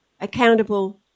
accountable